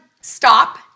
stop